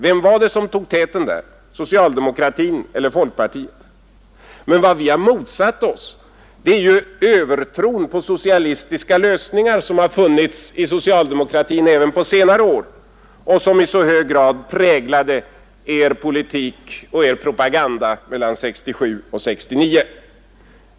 Vem var det som låg i täten därvidlag — socialdemokratin eller folkpartiet? Men vad vi har motsatt oss är ju den övertro på socialistiska lösningar som har funnits inom socialdemokratin även på senare år och som i så hög grad präglade er politik och er propaganda mellan 1967 och 1969.